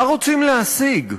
מה רוצים להשיג?